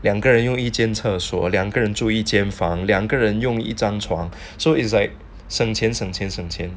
两个人用一间厕所两个人住一间房两个人用一张床 so it's like 省钱省钱省钱